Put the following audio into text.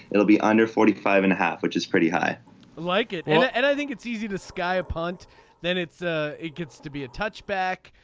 it'll be under forty five and a half which is pretty high like it. and i think it's easy to sky a punt then it's ah it gets to be a touchback.